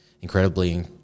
incredibly